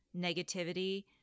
negativity